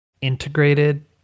integrated